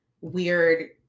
weird